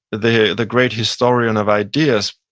the the great historian of ideas,